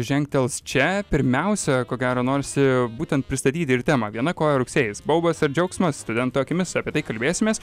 žengtels čia pirmiausia ko gero norisi būtent pristatyti ir temą viena koja rugsėjis baubas ir džiaugsmas studento akimis apie tai kalbėsimės